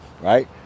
right